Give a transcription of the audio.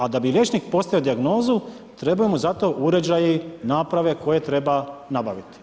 A da bi liječnik postavio dijagnozu, treba mu za to uređaji, naprave koje treba nabaviti.